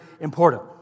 important